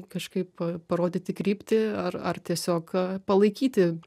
kažkaip parodyti kryptį ar ar tiesiog palaikyti